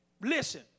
listen